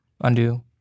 Undo